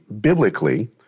biblically